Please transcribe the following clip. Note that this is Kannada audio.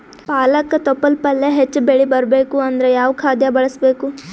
ಪಾಲಕ ತೊಪಲ ಪಲ್ಯ ಹೆಚ್ಚ ಬೆಳಿ ಬರಬೇಕು ಅಂದರ ಯಾವ ಖಾದ್ಯ ಬಳಸಬೇಕು?